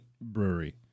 brewery